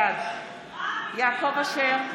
בעד יעקב אשר,